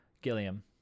Gilliam